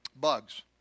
Bugs